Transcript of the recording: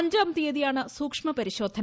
അഞ്ചാം തീയതിയാണ് സൂക്ഷ്മ പരിശോധന